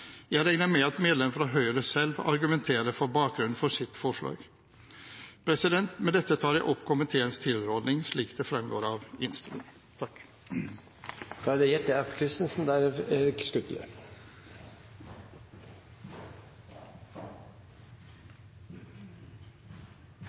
Jeg regner med at et medlem fra Høyre selv argumenter for bakgrunnen for sitt forslag. Med dette anbefaler jeg komiteens tilråding slik den fremgår av innstillingen.